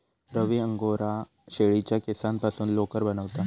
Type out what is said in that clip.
रवी Angora शेळीच्या केसांपासून लोकर बनवता